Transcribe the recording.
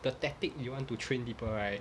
the tactic you want to train people right